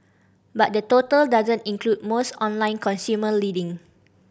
but that total doesn't include most online consumer lending